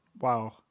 Wow